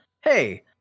hey